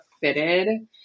fitted